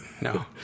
no